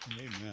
Amen